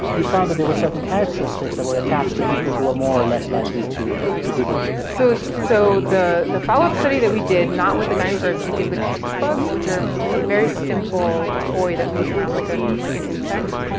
you found that there were certain characteristics that were attached to people who were more or less likely to to do the deed so so the the follow-up study that we did, not with the dinosaurs, we did with hexbugs, which are a very simple toy that moves around like like an insect.